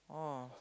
oh